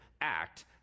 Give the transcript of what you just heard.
act